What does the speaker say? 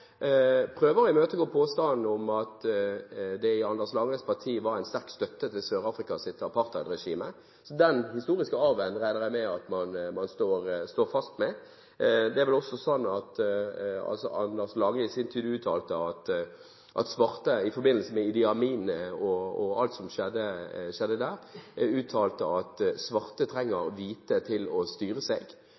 prøver å imøtegå påstanden om at det i Anders Langes Parti var en sterk støtte til Sør-Afrikas apartheidregime. Så den historiske arven regner jeg med at man står fast ved. Det er vel også sånn at Anders Lange i sin tid, i forbindelse med Idi Amin og alt som skjedde i hans land, uttalte at svarte trenger hvite til å styre seg.